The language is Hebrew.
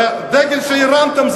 והדגל שהרמתם,